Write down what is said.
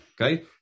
Okay